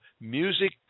music